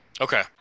Okay